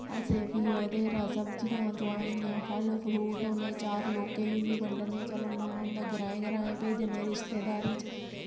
असें फ्ही ओह्दे परा सब्जियां तोआरनियां फल फ्रूट होने चार लोकें गी बी बंडने चलो नांऽ होंदा ग्राएं ग्राएं भेजने रिश्तेदारी च